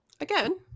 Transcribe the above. again